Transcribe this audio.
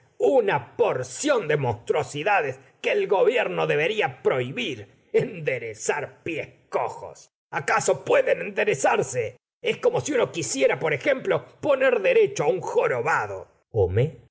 una porción de monstruosidades que el gobierno debería prohibir enderezar pies cojos acaso pueden enderezarse es como si uno quisiera por ejemplo poner derecho á un jorobado homais